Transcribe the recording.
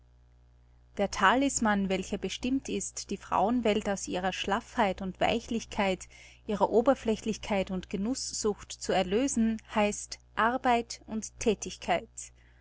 der talisman welcher bestimmt ist die frauenwelt aus ihrer schlaffheit und weichlichkeit ihrer oberflächlichkeit und genußsucht zu erlösen heißt arbeit und thätigkeit